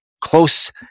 close